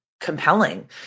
compelling